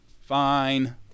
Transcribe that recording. Fine